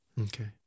Okay